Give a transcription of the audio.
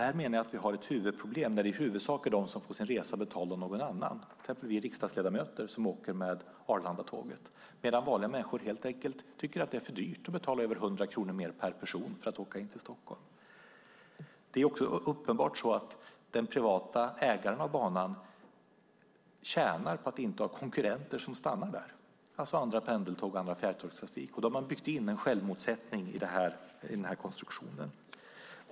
Här menar jag att vi har ett huvudproblem när det främst är de som får sin resa betald av någon annan, till exempel vi riksdagsledamöter, som åker med Arlandatåget medan vanliga människor helt enkelt tycker att det är för dyrt att betala över 100 kronor mer per person för att åka in till Stockholm. Uppenbart är att den privata ägaren av banan tjänar på att inte ha konkurrenter som stannar där, alltså andra pendeltåg och annan fjärrtågstrafik. Därmed har man byggt in en självmotsättning i konstruktionen.